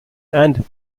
and